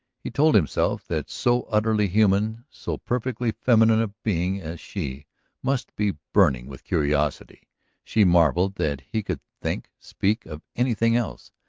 he told himself that so utterly human, so perfectly feminine a being as she must be burning with curiosity she marvelled that he could think, speak of anything else.